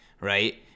right